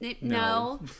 No